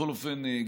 בכל אופן,